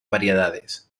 variedades